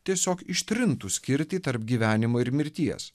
tiesiog ištrintų skirtį tarp gyvenimo ir mirties